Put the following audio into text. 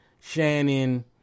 Shannon